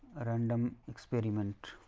random experiment.